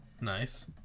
Nice